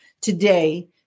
Today